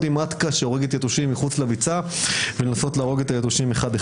מחוץ לביצה עם מטקה שהורגת יתושים ולנסות להרוג אותם אחד אחד,